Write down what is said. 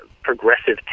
progressive